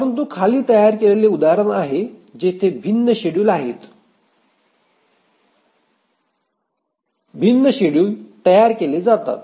परंतु खाली तयार केलेले उदाहरण आहे जेथे भिन्न शेड्युल तयार केले जातात